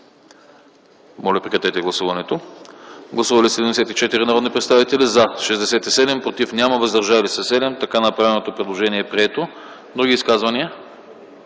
Моля, гласувайте. Гласували 74 народни представители: за 67, против няма, въздържали се 7. Така направеното предложение е прието. Други изказвания?